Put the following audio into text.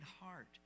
heart